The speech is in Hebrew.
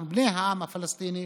אנחנו בני העם הפלסטיני,